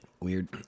Weird